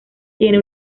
tiene